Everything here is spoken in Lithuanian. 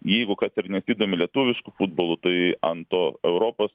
jeigu kas ir nesidomi lietuvišku futbolu tai ant to europos